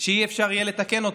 שאי-אפשר יהיה לתקן אותו.